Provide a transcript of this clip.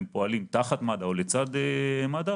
הם פועלים תחת מד"א או לצד מד"א,